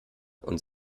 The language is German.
und